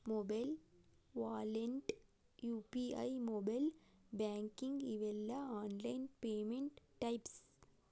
mobile wallet UPI mobile banking ಇವೆಲ್ಲ online payment types